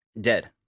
Dead